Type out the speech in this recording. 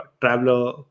traveler